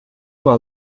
uma